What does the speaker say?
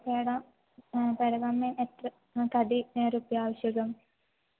पेडा अत्र कति रूप्यकम् आवश्यकम्